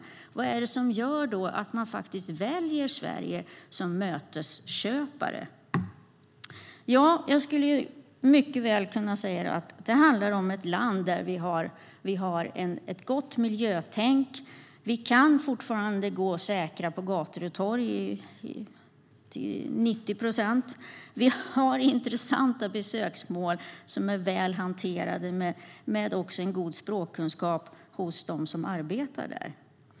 Men vad är det som gör att man som mötesköpare väljer Sverige? Jag skulle säga att det handlar om att vi är ett land där man har ett gott miljötänk, där man fortfarande - till 90 procent - kan gå säker på gator och torg, där man har intressanta och välskötta besöksmål och där det också finns god språkkunskap hos dem som arbetar där.